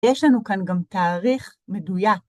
יש לנו כאן גם תאריך מדוייק.